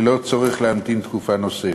ללא צורך להמתין תקופה נוספת.